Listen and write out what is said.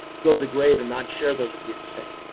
go to the grave and not share those would be insane.